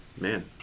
Man